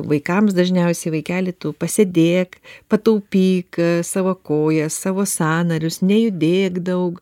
vaikams dažniausiai vaikeli tu pasėdėk pataupyk savo kojas savo sąnarius nejudėk daug